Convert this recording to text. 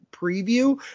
preview